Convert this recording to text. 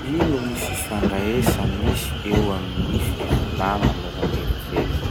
Ino ny fifandraisa misy eo amin'ny fivolagna noho gn'eritseritsy?